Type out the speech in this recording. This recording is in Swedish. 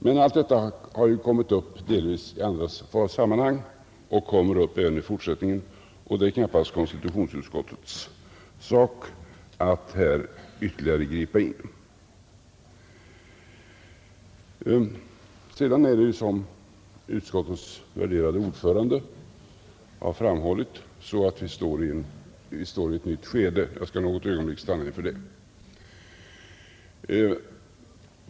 Men allt detta har ju tagits upp delvis i andra sammanhang och kommer att tas upp även i fortsättningen, och det är knappast konstitutionsutskottets sak att här ytterligare gripa in. Som utskottets värderade ordförande har framhållit, befinner vi oss i ett nytt skede, och jag skall något ögonblick stanna inför detta.